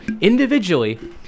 individually